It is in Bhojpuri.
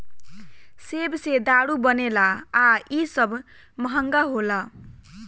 सेब से दारू बनेला आ इ सब महंगा होला